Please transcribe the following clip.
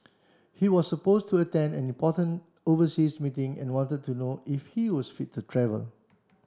he was supposed to attend an important overseas meeting and wanted to know if he was fit to travel